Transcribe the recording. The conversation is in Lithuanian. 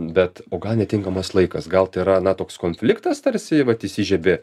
bet o gal netinkamas laikas gal tai yra na toks konfliktas tarsi vat įsižiebė